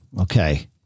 Okay